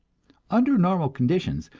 under normal conditions,